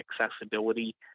accessibility